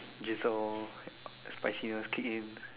drizzle all spiciness kick in